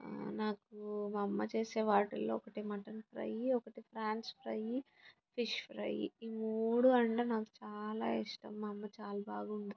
నాకు మా అమ్మ చేసే వాటిల్లో ఒకటి మటన్ ఫ్రై ఒకటి ఫ్రాన్స్ ఫ్రై ఫిష్ ఫ్రై ఈ మూడు అంటే నాకు చాలా ఇష్టం మా అమ్మ చాలా బాగా వండుతుంది